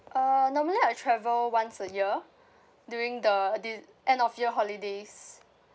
uh normally I would travel once a year during the de~ end of year holidays